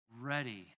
ready